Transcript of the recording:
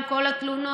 עם כל התלונות.